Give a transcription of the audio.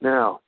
Now